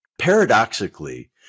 Paradoxically